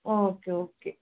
okay okay